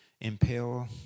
impale